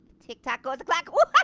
tick-tock goes the clock. but but